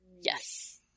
Yes